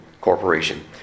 Corporation